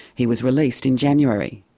he was released in january.